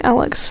Alex